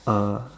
uh